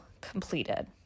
completed